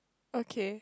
okay